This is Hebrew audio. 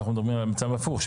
אנחנו מדברים על מצב הפוך,